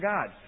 God